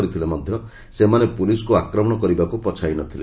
କରିଥିଲେ ମଧ ସେମାନେ ପୁଲିସ୍କୁ ଆକ୍ରମଣ କରିବାକୁ ପଛାଇ ନ ଥିଲେ